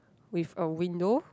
with a window